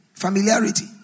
Familiarity